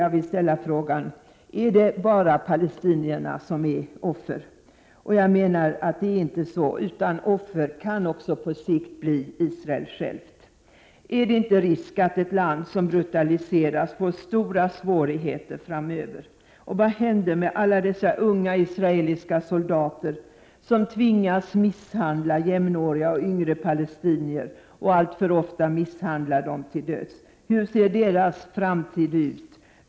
Jag vill ställa frågan: Är det bara palestinierna som är offer? Jag menar att det inte är så. Också Israel självt kan på sikt bli ett offer. Är det inte risk att ett land som brutaliseras får stora svårigheter framöver? Vad händer med alla dessa unga israeliska soldater, som tvingas misshandla jämnåriga och yngre palestinier och alltför ofta misshandlar dem till döds? Hur ser deras framtid ut?